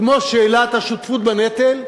כמו שאלת השותפות בנטל?